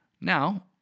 Now